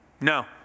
No